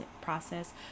process